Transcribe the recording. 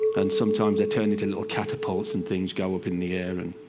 and sometimes they turn into little catapults and things go up in the air. and,